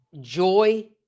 joy